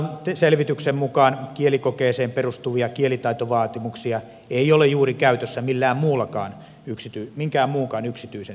saadun selvityksen mukaan kielikokeeseen perustuvia kielitaitovaatimuksia ei ole juuri käytössä missään muissakaan yksityisen sektorin ammateissa